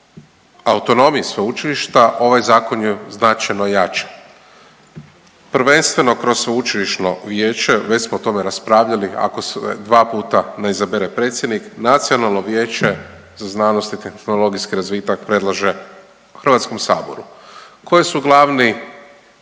o autonomiji sveučilišta ovaj zakon je značajno ojačan, prvenstveno kroz sveučilišno vijeće. Već smo o tome raspravljali ako se dva puta ne izabere predsjednik nacionalno vijeće za znanost i tehnologijski razvitak predlaže HS-u koje su glavne